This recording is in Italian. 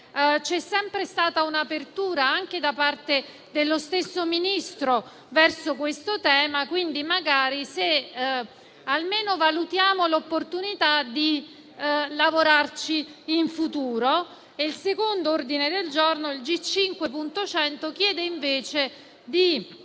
C'è sempre stata un'apertura anche da parte dello stesso Ministro verso questo tema e, quindi, almeno valutiamo l'opportunità di lavorarci in futuro. Il secondo ordine del giorno, G 5.100, chiede invece di immaginare